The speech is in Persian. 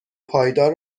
پایدار